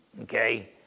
okay